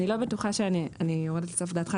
אני לא בטוחה שאני יורדת לסוף דעתך,